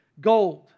Gold